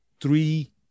three